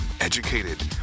educated